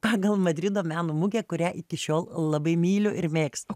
pagal madrido meno mugę kurią iki šiol labai myliu ir mėgstu